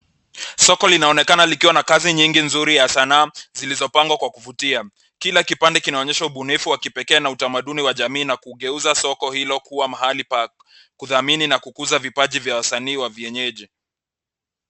Soko linaonekana likiwa na kazi nyingi nzuri ya sanamu zilizopangwa kwa kuvutia. Kila kipande kinaonyesha ubunifu wa kipekee na utamaduni wa jamii na kugeuza soko hilo kuwa mahali pa kudhamini na kukuza vipaji vya wasanii wa vienyeji.